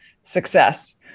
success